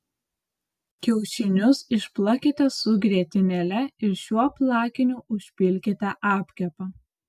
kiaušinius išplakite su grietinėle ir šiuo plakiniu užpilkite apkepą